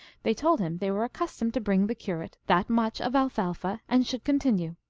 they told him they were accustomed to bring the curate that much of alfalfa, and should continue.